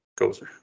gozer